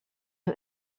who